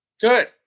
Good